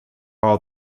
all